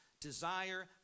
desire